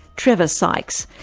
trevor sykes,